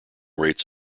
rates